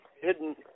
Hidden